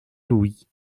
louis